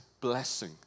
blessing